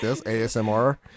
asmr